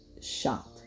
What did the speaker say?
shocked